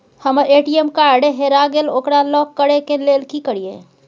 हमर ATM card हेरा गेल ओकरा लॉक करै के लेल की करियै?